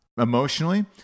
emotionally